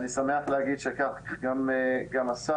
ואני שמח להגיד שכך גם השר.